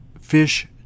fish